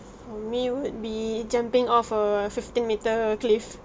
for me would be jumping off of a fifteen metre cliff